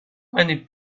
many